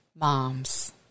Moms